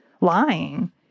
lying